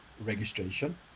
registration